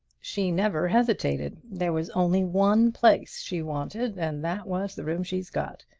she never hesitated. there was only one place she wanted and that was the room she's got.